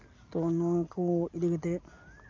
ᱛᱚ ᱱᱚᱣᱟ ᱠᱚ ᱤᱫᱤ ᱠᱟᱛᱮ